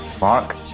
Mark